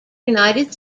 united